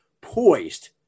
poised